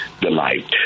delight